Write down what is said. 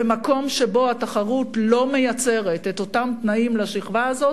ומקום שבו התחרות לא מייצרת את אותם תנאים לשכבה הזאת,